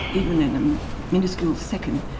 even in miniscule second,